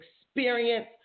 experience